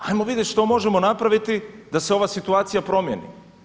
Hajmo vidjeti što možemo napraviti da se ova situacija promijeni.